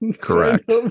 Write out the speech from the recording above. Correct